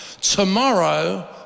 Tomorrow